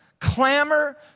clamor